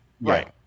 Right